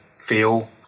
feel